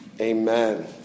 amen